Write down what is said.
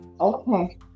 Okay